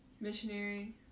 missionary